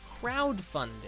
crowdfunding